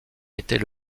était